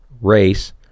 race